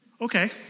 Okay